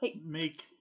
make